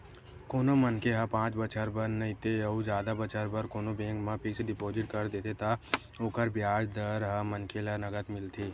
कोनो मनखे ह पाँच बछर बर नइते अउ जादा बछर बर कोनो बेंक म फिक्स डिपोजिट कर देथे त ओकर बियाज दर ह मनखे ल नँगत मिलथे